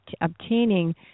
obtaining